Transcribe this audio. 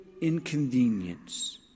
inconvenience